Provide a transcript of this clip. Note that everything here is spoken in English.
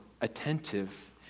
attentive